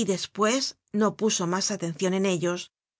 y despues no puso mas atencion en ellos